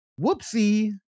whoopsie